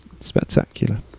Spectacular